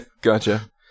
Gotcha